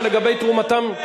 שלגבי תרומתם,